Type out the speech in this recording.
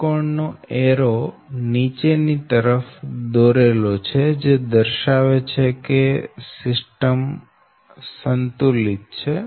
ત્રિકોણ નો એરો નીચેની તરફ દોરેલ છે જે દર્શાવે છે કે આ સંતુલિત સિસ્ટમ છે